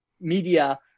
media